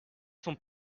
sont